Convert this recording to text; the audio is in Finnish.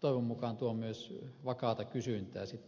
toivon mukaan tuo myös vakaata kysyntää energiapuulle